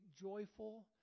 joyful